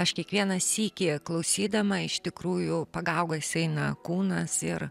aš kiekvieną sykį klausydama iš tikrųjų pagaugais eina kūnas ir